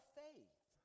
faith